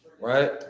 right